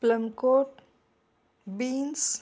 plumcot beans